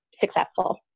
successful